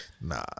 Nah